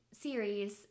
series